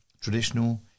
traditional